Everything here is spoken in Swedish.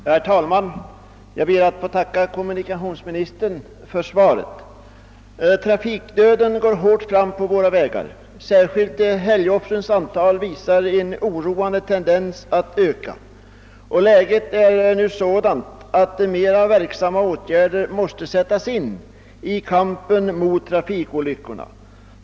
Herr talman! Jag ber att få tacka kommunikationsministern för svaret. Trafikdöden går hårt fram på våra vägar. I synnerhet visar helgoffrens antal en oroande tendens att öka, och läget är nu sådant att mera effektiva åtgärder måste sättas in i kampen mot trafikolyckorna.